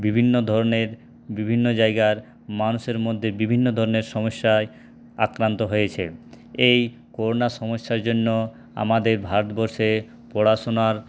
বিভিন্ন ধরণের বিভিন্ন জায়গার মানুষের মধ্যে বিভিন্ন ধরণের সমস্যায় আক্রান্ত হয়েছে এই করোনা সমস্যার জন্য আমাদের ভারতবর্ষে পড়াশোনার